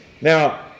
now